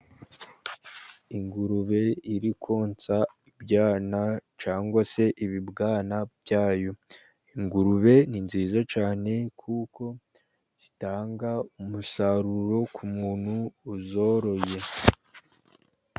Ingurube iri konsa ibyana cyangwa se ibibwana bya yo. Ingurube ni nziza cyane, kuko zitanga umusaruro ku muntu uzoroye.